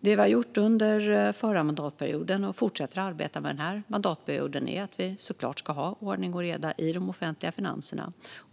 Det vi har gjort under förra mandatperioden och fortsätter att arbeta med denna mandatperiod är att vi såklart ska ha ordning och reda i de offentliga finanserna.